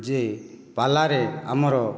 ଯେ ପାଲାରେ ଆମର